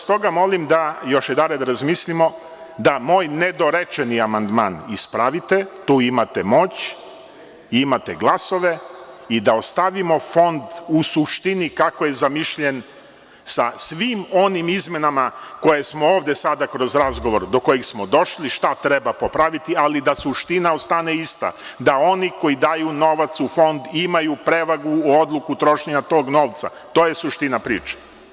Stoga vas molim da još jednom razmislimo da moj nedorečeni amandman ispravite, tu imate moć, imate glasove, i da ostavimo Fond u suštini kako je zamišljen sa svim onim izmenama do kojih smo došli ovde sada kroz razgovor, šta treba popraviti, ali da suština ostane ista, da oni koji daju novac u Fond imaju prevagu, odluku trošenja tog novca, to je suština priče.